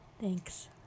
Thanks